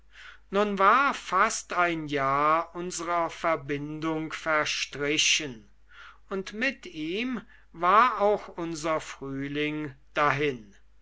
nun war fast ein jahr unserer verbindung verstrichen und mit ihm war auch unser frühling dahin